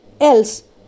else